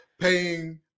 paying